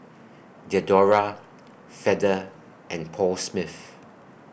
Diadora Feather and Paul Smith